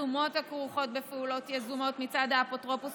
התשומות הכרוכות בפעולות יזומות מצד האפוטרופוס